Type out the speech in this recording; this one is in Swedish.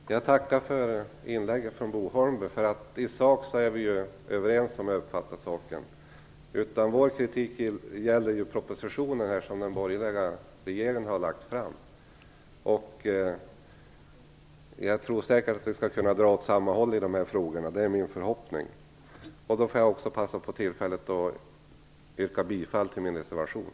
Fru talman! Jag tackar för inlägget från Bo Holmberg. I sak är vi överens, som jag uppfattar saken. Vår kritik gäller den proposition som den borgerliga regeringen har lagt fram. Jag tror säkert att vi skall kunna dra åt samma håll i dessa frågor. Det är min förhoppning. Jag kan också passa på tillfället att yrka bifall till min reservation.